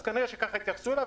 אז כנראה שככה התייחסו אליו,